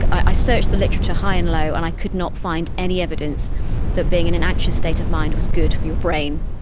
i searched the literature high and low and i could not find any evidence that being in an anxious state of mind was good for your brain.